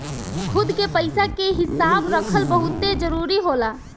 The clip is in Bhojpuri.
खुद के पइसा के हिसाब रखल बहुते जरूरी होला